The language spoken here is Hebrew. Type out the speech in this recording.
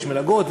ויש מלגות,